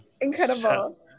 Incredible